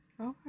okay